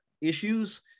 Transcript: Issues